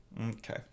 Okay